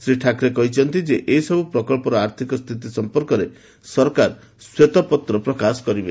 ଶ୍ରୀ ଠାକରେ କହିଛନ୍ତି ଯେ ଏସବୁ ପ୍ରକଳ୍ପର ଆର୍ଥିକ ସ୍ଥିତି ସମ୍ପର୍କରେ ସରକାର ଶ୍ୱେତପତ୍ର ପ୍ରକାଶ କରିବେ